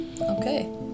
Okay